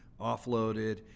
offloaded